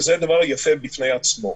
וזה דבר יפה בפני עצמו.